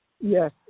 Yes